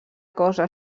cosa